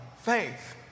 faith